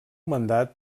mandat